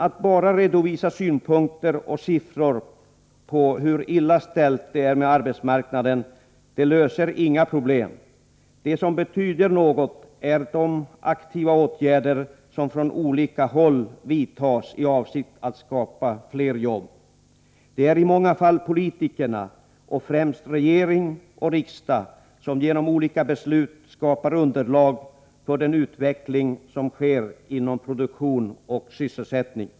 Att bara redovisa synpunkter och siffror för att belysa hur illa ställt det är med arbetsmarknaden löser inga problem. Det som betyder något är de aktiva åtgärder som från olika håll vidtas i avsikt att skapa fler jobb. Det är i många fall politikerna, främst regering och riksdag, som genom olika beslut skapar underlag för den utveckling som sker inom produktion och sysselsättning.